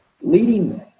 leading